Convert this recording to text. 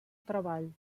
treball